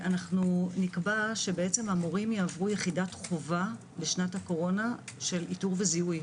נקבע שהמורים יעברו יחידת חובה בשנת הקורונה של טיפול וזיהוי.